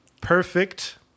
perfect